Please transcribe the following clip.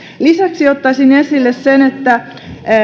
lisäksi ottaisin esille sen että